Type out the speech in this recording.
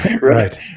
Right